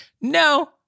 no